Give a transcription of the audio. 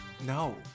No